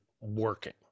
working